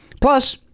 Plus